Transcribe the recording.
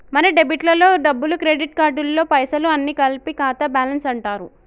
మన డెబిట్ లలో డబ్బులు క్రెడిట్ కార్డులలో పైసలు అన్ని కలిపి ఖాతా బ్యాలెన్స్ అంటారు